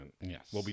Yes